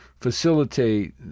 facilitate